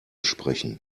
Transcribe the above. sprechen